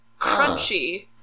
crunchy